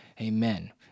amen